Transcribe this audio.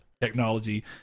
technology